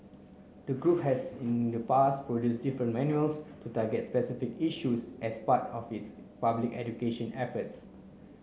the group has in the past produced different manuals to target specific issues as part of its public education efforts